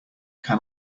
can